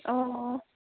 অঁ অঁ